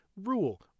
rule